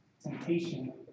temptation